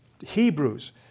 Hebrews